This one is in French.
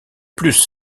plus